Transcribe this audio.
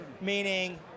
Meaning